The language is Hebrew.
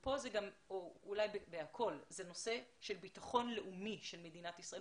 זה נושא של ביטחון לאומי של מדינת ישראל.